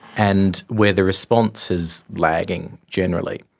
and where the response is lagging generally.